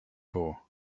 for